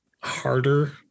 harder